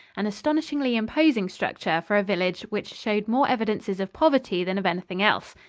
an astonishingly imposing structure for a village which showed more evidences of poverty than of anything else.